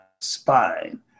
spine